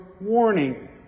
warning